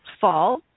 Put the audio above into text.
fall